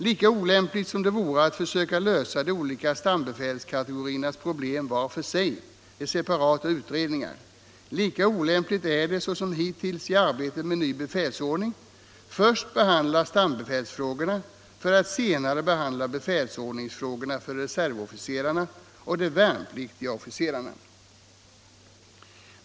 Lika olämpligt som det vore att försöka lösa de olika yrkesbefälskategoriernas problem vart för sig i separata utredningar, lika olämpligt är det att — såsom hittills i arbetet med en ny befälsordning — först behandla yrkesbefälsfrågorna för att senare behandla befälsordningsfrågorna för reservofficerarna och de värnpliktiga officerarna.